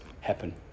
happen